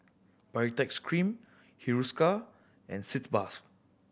Baritex Cream Hiruscar and Sitz Bath